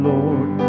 Lord